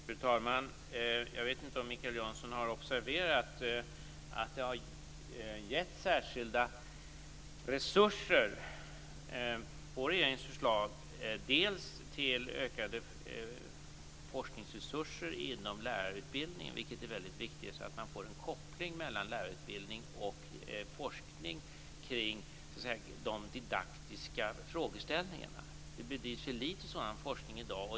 Fru talman! Jag vet inte om Mikael Janson har observerat att det i regeringens förslag har getts särskilda resurser till ökade forskningsmedel inom lärarutbildningen. Detta är viktigt för att det skall bli en koppling mellan lärarutbildningen och forskningen kring de didaktiska frågeställningarna. Det bedrivs för litet sådan forskning i dag.